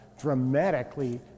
dramatically